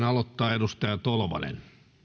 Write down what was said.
aloittaa edustaja tolvanen